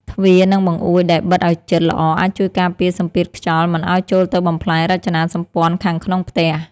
ទ្វារ និងបង្អួចដែលបិទឱ្យជិតល្អអាចជួយការពារសម្ពាធខ្យល់មិនឱ្យចូលទៅបំផ្លាញរចនាសម្ព័ន្ធខាងក្នុងផ្ទះ។